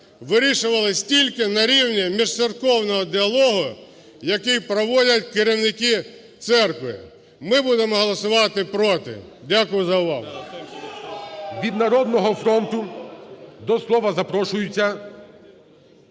вирішувались тільки нарівні міжцерковного діалогу, який проводять керівники церкви. Ми будемо голосувати "проти". Дякую за увагу. ГОЛОВУЮЧИЙ. Від "Народного фронту" до слова запрошується